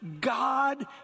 God